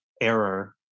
error